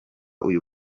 uyu